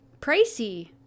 pricey